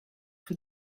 for